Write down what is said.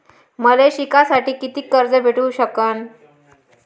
मले शिकासाठी कितीक कर्ज भेटू सकन?